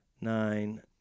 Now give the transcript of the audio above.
nine